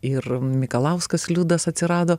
ir mikalauskas liudas atsirado